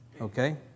okay